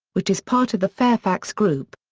which is part of the fairfax group.